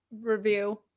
review